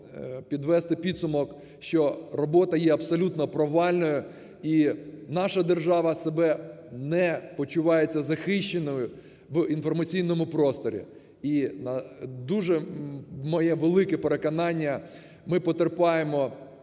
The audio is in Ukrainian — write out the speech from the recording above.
підвести підсумок, що робота є абсолютно провальною. І наша держава себе не почувається захищеною в інформаційному просторі. І дуже моє велике переконання, ми потерпаємо